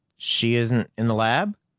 she isn't in the lab?